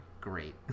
great